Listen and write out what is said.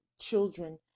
children